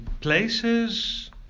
places